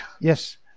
Yes